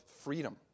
freedom